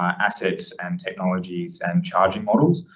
assets and technologies and charging models.